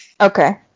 Okay